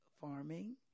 farming